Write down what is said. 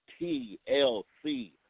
TLC